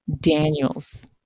Daniels